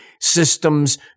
systems